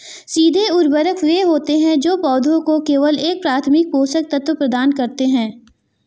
सीधे उर्वरक वे होते हैं जो पौधों को केवल एक प्राथमिक पोषक तत्व प्रदान करते हैं